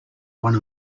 one